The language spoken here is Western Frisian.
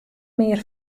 mear